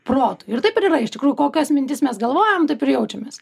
protui ir taip ir yra iš tikrųjų kokias mintis mes galvojam taip ir jaučiamės